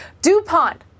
DuPont